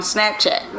Snapchat